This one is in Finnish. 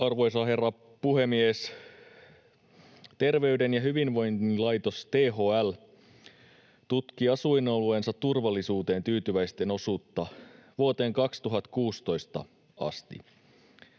Arvoisa herra puhemies! Terveyden ja hyvinvoinnin laitos THL tutki asuinalueensa turvallisuuteen tyytyväisten osuutta vuoteen 2016 asti.